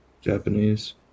Japanese